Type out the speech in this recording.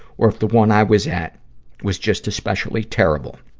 or if the one i was at was just especially terrible.